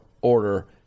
order